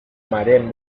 mareen